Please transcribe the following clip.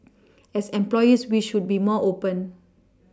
as employees we should be more open